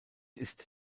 ist